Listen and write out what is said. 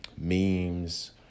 Memes